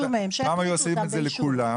פעם היו עושים את זה לכולם,